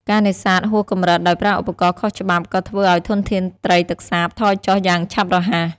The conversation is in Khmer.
ការនេសាទហួសកម្រិតដោយប្រើឧបករណ៍ខុសច្បាប់ក៏ធ្វើឲ្យធនធានត្រីទឹកសាបថយចុះយ៉ាងឆាប់រហ័ស។